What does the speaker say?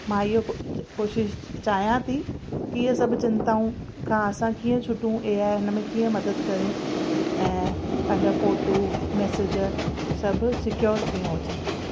मां इहो को कोशिश चाहियां थी कि ईअं सभु चिंताऊं खां असां कीअं छुटूं ए आई इन में कीअं मदद करे ऐं पंहिंजा फ़ोटो मैसेज सभु सिक्योर कयूं था